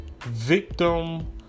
Victim